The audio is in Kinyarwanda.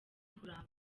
kuramba